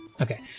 okay